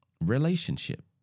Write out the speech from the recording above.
relationship